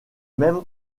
même